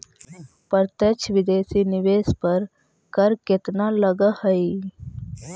प्रत्यक्ष विदेशी निवेश पर कर केतना लगऽ हइ?